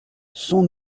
son